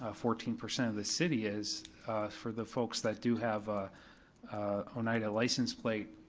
ah fourteen percent of the city is for the folks that do have a oneida license plate,